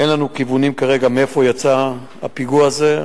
אין לנו כיוונים כרגע מאיפה יצא הפיגוע הזה.